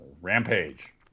Rampage